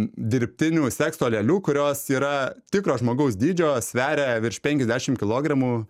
dirbtinių sekso lėlių kurios yra tikro žmogaus dydžio sveria virš penkiasdešim kilogramų